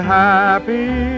happy